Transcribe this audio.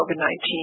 COVID-19